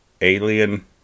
alien